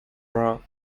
bra